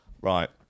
Right